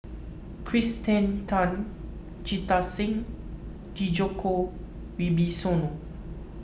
Kirsten Tan Jita Singh Djoko Wibisono